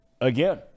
again